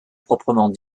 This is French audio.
proprement